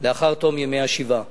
לאחר תום ימי השבעה.